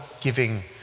giving